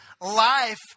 life